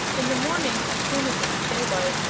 in the morning, as soon as it was daylight,